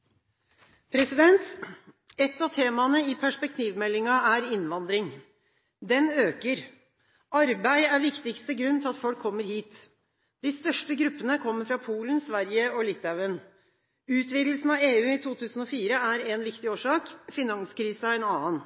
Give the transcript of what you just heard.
Norge. Et av temaene i perspektivmeldingen er innvandring – den øker. Arbeid er den viktigste grunnen til at folk kommer hit. De største gruppene kommer fra Polen, Sverige og Litauen. Utvidelsen av EU i 2004 er én viktig årsak, finanskrisen en annen.